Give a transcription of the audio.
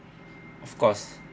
of course